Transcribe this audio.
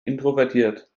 introvertiert